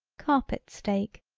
carpet steak,